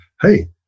Hey